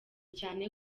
cyane